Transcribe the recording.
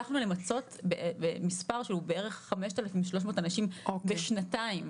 הצלחנו למפות מספר שהוא בערך 5,300 אנשים בשנתיים.